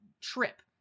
trip